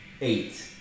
Eight